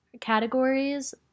categories